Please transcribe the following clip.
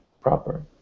proper